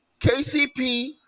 KCP